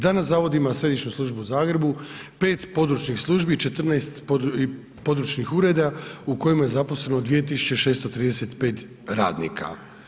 Danas zavod ima Središnju službu u Zagrebu, pet područnih službi, 15 područnih ureda u kojima je zaposleno 2635 radnika.